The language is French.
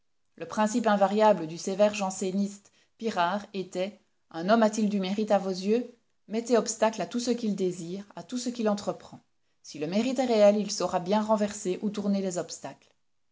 le principe invariable du sévère janséniste pirard était un homme a-t-il du mérite à vos yeux mettez obstacle à tout ce qu'il désire à tout ce qu'il entreprend si le mérite est réel il saura bien renverser ou tourner les obstacles